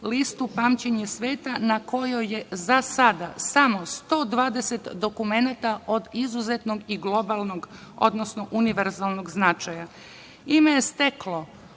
listu „Pamćenje sveta“ na kojoj je za sada samo 120 dokumenata od izuzetnog i globalnog, odnosno univerzalnog značaja. Ime je steklo